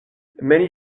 many